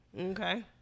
Okay